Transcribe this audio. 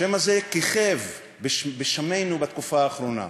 השם הזה כיכב בשמינו בתקופה האחרונה.